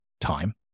time